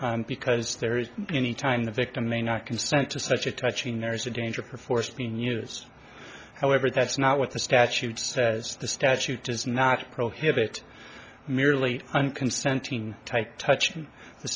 because there is any time the victim may not consent to such a touching there is a danger for force being used however that's not what the statute says the statute does not prohibit merely unconsenting type touching the